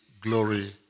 glory